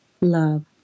love